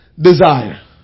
desire